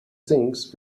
things